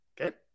Okay